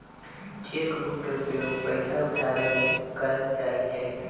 cheque book के उपयोग पइसा उठाबे के लेल कएल जाइ छइ